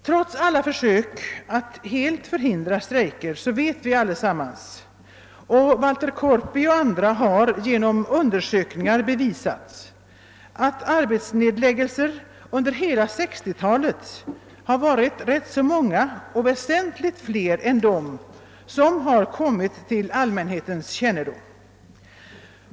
Trots alla försök att helt förhindra strejker vet vi alla att Walter Korpi och andra genom undersökningar bevisat, att arbetsnedläggelser under hela 1960 talet har varit många och väsentligt fler än dem som har kommit till allmänhetens kännedom.